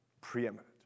preeminent